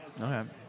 Okay